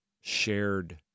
shared